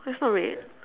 that's not red